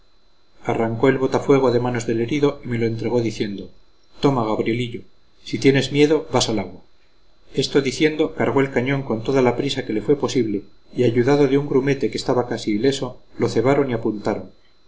arrancó el botafuego de manos del herido y me lo entregó diciendo toma gabrielillo si tienes miedo vas al agua esto diciendo cargó el cañón con toda la prisa que le fue posible ayudado de un grumete que estaba casi ileso lo cebaron y apuntaron